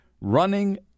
running